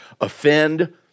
offend